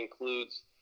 includes